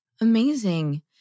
Amazing